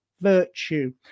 virtue